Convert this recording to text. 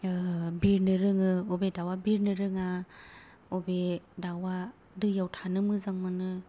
बिरनो रोङो अबे दाउआ बिरनो रोङा अबे दाउआ दैआव थानो मोजां मोनो